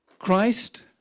Christ